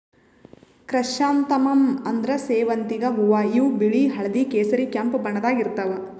chrysanthemum ಅಂದ್ರ ಸೇವಂತಿಗ್ ಹೂವಾ ಇವ್ ಬಿಳಿ ಹಳ್ದಿ ಕೇಸರಿ ಕೆಂಪ್ ಬಣ್ಣದಾಗ್ ಇರ್ತವ್